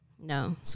No